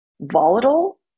volatile